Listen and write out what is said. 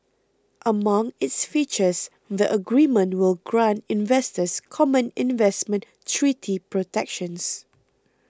among its features the agreement will grant investors common investment treaty protections